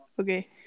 okay